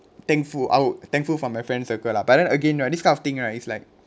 thankful I would thankful for my friends are good lah but then again this kind of thing right it's like